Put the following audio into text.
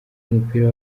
umupira